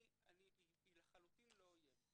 היא לחלוטין לא אויב.